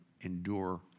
endure